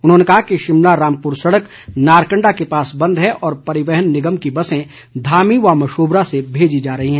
उन्होंने कहा कि शिमला रामपुर सड़क नारकण्डा के पास बंद है और परिवहन निगम की बसें धामी व मशोबरा से भेजी जा रही हैं